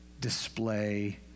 display